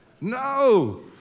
No